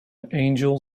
angel